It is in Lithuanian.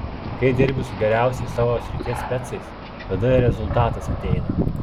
kai dirbi su geriausiais savo srities specais tada ir rezultatas ateina